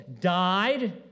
died